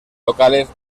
locales